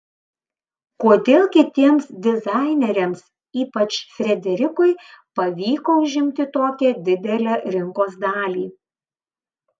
kodėl kitiems dizaineriams ypač frederikui pavyko užimti tokią didelę rinkos dalį